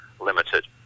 limited